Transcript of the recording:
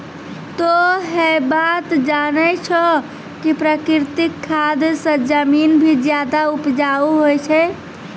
तोह है बात जानै छौ कि प्राकृतिक खाद स जमीन भी ज्यादा उपजाऊ होय छै